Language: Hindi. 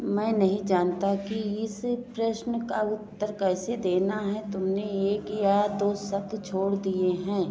मैं नहीं जानता कि इस प्रश्न का उत्तर कैसे देना है तुमने एक या दो शब्द छोड़ दिये हैं